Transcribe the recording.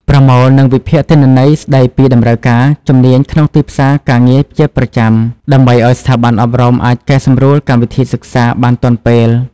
ប្រមូល និងវិភាគទិន្នន័យស្តីពីតម្រូវការជំនាញក្នុងទីផ្សារការងារជាប្រចាំ ដើម្បីឱ្យស្ថាប័នអប់រំអាចកែសម្រួលកម្មវិធីសិក្សាបានទាន់ពេល។